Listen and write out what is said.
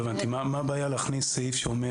לא הבנתי מה הבעיה להכניס צו שאומר